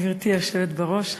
גברתי היושבת בראש,